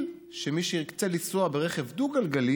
למי שירצה לנסוע ברכב דו-גלגלי